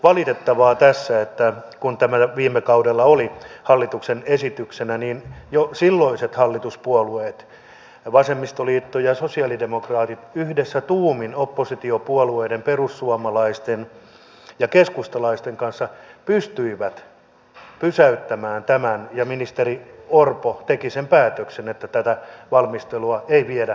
valitettavaa tässä on että kun tämä viime kaudella oli hallituksen esityksenä niin jo silloiset hallituspuolueet vasemmistoliitto ja sosialidemokraatit yhdessä tuumin oppositiopuolueiden perussuomalaisten ja keskustalaisten kanssa pystyivät pysäyttämään tämän ja ministeri orpo teki sen päätöksen että tätä valmistelua ei viedä eteenpäin